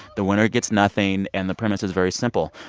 the winner gets nothing. and the premise is very simple.